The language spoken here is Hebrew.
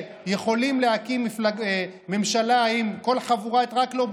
שיכולים להקים ממשלה עם כל חבורת "רק לא ביבי"